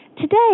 Today